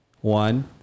one